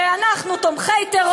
ואנחנו תומכי טרור.